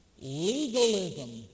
legalism